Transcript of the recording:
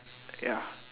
ya